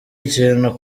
ikintu